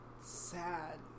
sad